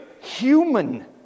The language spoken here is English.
human